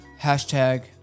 hashtag